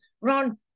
Ron